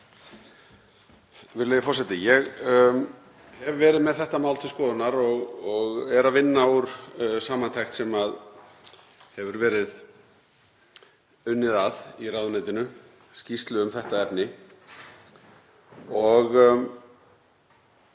Ég hef verið með þetta mál til skoðunar og er að vinna úr samantekt sem unnið hefur verið að í ráðuneytinu, skýrslu um þetta efni.